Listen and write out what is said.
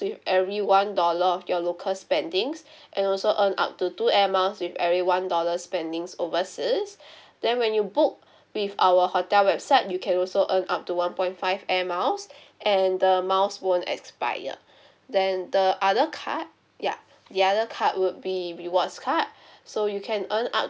with every one dollar of your local spendings and also earn up to two air miles with every one dollar spendings overseas then when you book with our hotel website you can also earn up to one point five air miles and the miles won't expire then the other card ya the other card would be rewards card so you can earn up